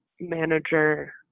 manager